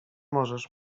możesz